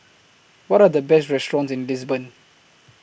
What Are The Best restaurants in Lisbon